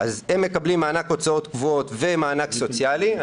מקבלים מענק הוצאות קבועות ומענק סוציאלי.